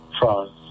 France